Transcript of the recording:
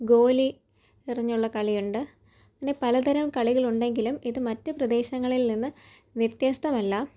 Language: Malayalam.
ഗോലി എറിഞ്ഞുള്ള കളിയുണ്ട് പിന്നെ പലതരം കളികളുണ്ടെങ്കിലും ഇത് മറ്റ് പ്രദേശങ്ങളിൽ നിന്ന് വ്യത്യസ്തമല്ല